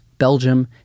Belgium